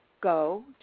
go